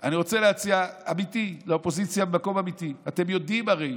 אני רוצה להציע לאופוזיציה ממקום אמיתי: אתם יודעים הרי,